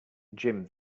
jim